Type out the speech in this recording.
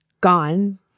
gone